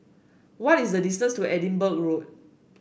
what is the distance to Edinburgh Road